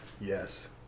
yes